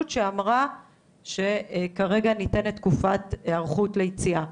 שאמרה שכרגע ניתנת תקופת היערכות ליציאה.